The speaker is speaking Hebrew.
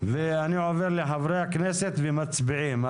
אני עובר לחברי הכנסת ומצביעים.